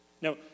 Now